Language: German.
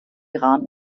iran